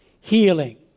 healing